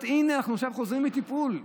הינה, אנחנו עכשיו חוזרים מטיפול.